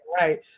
Right